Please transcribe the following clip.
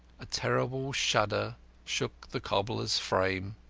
a terrible shudder shook the cobbler's frame.